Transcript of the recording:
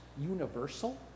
universal